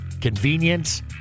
convenience